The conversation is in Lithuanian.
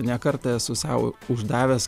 ne kartą esu sau uždavęs